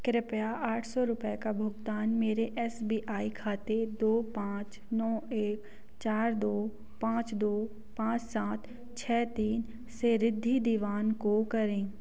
कृपया आठ सौ रुपये का भुगतान मेरे एस बी आई खाते दो पाँच नौ एक चार दो पाँच दो पाँच सात छः तीन से रिद्धि दीवान को करें